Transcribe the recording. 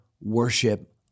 worship